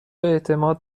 اعتماد